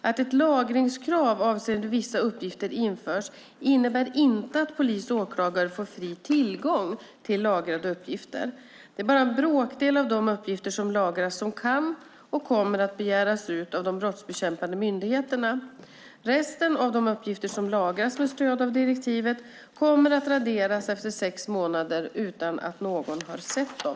Att ett lagringskrav avseende vissa uppgifter införs innebär inte att polis och åklagare får fri tillgång till lagrade uppgifter. Det är bara en bråkdel av de uppgifter som lagras som kan och kommer att begäras ut av de brottsbekämpande myndigheterna. Resten av de uppgifter som lagras med stöd av direktivet kommer att raderas efter sex månader utan att någon har sett dem.